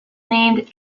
named